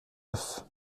neuf